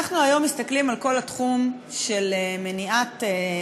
היום אנחנו מסתכלים על כל התחום של טיפול